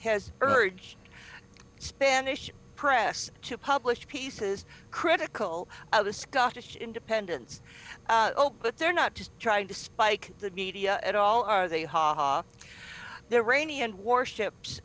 has urge spanish press to publish pieces critical of the scottish independence but they're not just trying to spike the media at all are they haha they're raney and warships